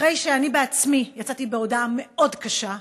אחרי שאני עצמי יצאתי בהודעה מאוד קשה,